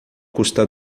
custa